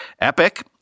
Epic